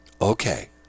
okay